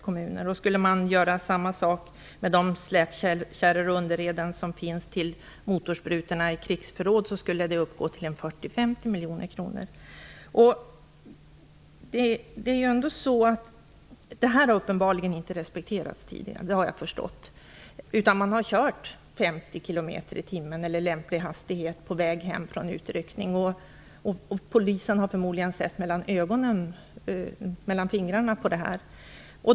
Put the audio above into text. Om samma sak gjordes med de släpkärror och underreden som finns till motorsprutor i krigsförråd, skulle kostnaden uppgå till 40-50 miljoner kronor. Hastighetsgränsen har uppenbarligen inte respekterats tidigare, har jag förstått, utan man har kört 50 km i timmen eller med lämplig hastighet på väg tillbaka från utryckning. Polisen har förmodligen sett mellan fingrarna på detta.